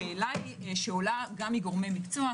השאלה שעולה גם מגורמי מקצוע,